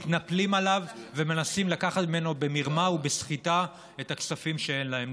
מתנפלים עליו ומנסים לקח ממנו במרמה ובסחיטה את הכספים שאין להם.